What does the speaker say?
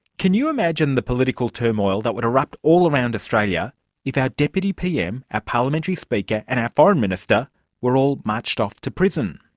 can you imagine the political turmoil that would erupt all around australia if our deputy pm, our parliamentary speaker and our foreign minister were all marched off to prison?